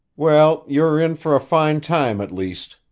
well, you are in for a fine time, at least,